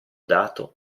dato